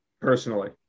Personally